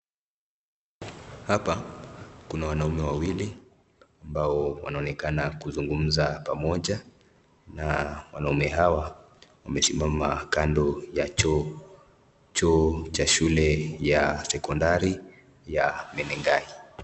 Hapa kuna wanaume wawili ambao wanaonekana kuzungumza pamoja na wanaume hawa wamesimama kando ya choo. Choo cha shule ya sekondari ya Menengai.